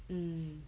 mm